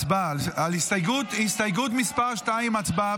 הצבעה על הסתייגות מס' 2. הצבעה,